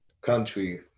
country